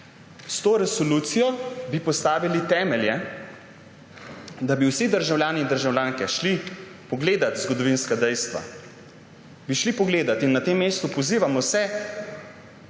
s to resolucijo bi postavili temelje, da bi vsi državljani in državljanke šli pogledat zgodovinska dejstva. Bi šli pogledat. Na tem mestu pozivam vse